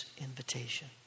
invitation